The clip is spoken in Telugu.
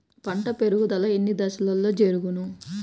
పంట పెరుగుదల ఎన్ని దశలలో జరుగును?